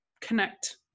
connect